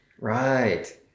Right